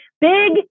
big